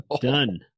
done